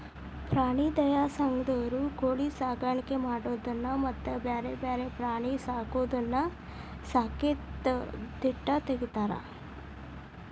ಪ್ರಾಣಿ ದಯಾ ಸಂಘದಂತವರು ಕೋಳಿ ಸಾಕಾಣಿಕೆ ಮಾಡೋದನ್ನ ಮತ್ತ್ ಬ್ಯಾರೆ ಬ್ಯಾರೆ ಪ್ರಾಣಿ ಸಾಕೋದನ್ನ ಸತೇಕ ತಿಡ್ಡ ತಗಿತಾರ